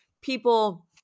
people